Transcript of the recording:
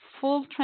full